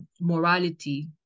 morality